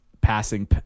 passing